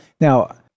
Now